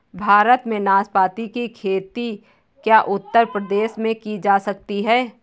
भारत में नाशपाती की खेती क्या उत्तर प्रदेश में की जा सकती है?